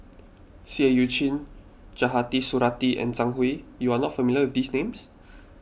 Seah Eu Chin Khatijah Surattee and Zhang Hui you are not familiar with these names